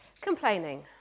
complaining